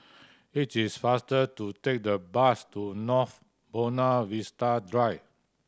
it is faster to take the bus to North Buona Vista Drive